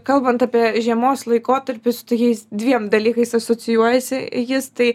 kalbant apie žiemos laikotarpį su tokiais dviem dalykais asocijuojasi jis tai